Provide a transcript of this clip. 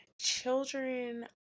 children